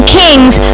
kings